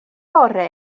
bore